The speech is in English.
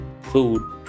food